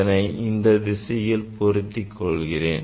அதனை இந்த நிலையில் பொருத்திக் கொள்கிறேன்